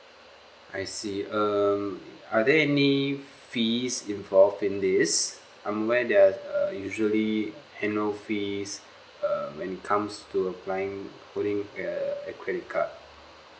I see um are there any fees involved in this um when there are err usually annual fees uh when it comes to applying owning err a credit card